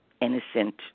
innocent